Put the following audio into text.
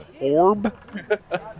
Orb